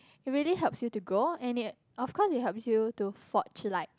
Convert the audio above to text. it really helps you to grow and it of course it help you to forge like